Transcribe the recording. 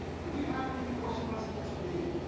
do we have any new worshipers here today?